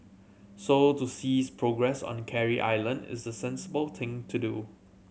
so to cease progress on Carey Island is the sensible thing to do